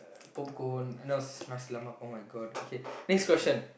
popcorn no nasi lemak oh-my-God okay next question